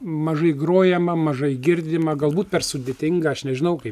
mažai grojama mažai girdima galbūt per sudėtinga aš nežinau kaip